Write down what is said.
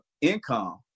income